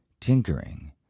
tinkering